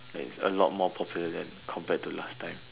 and it's a lot more popular than compared to last time